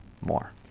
more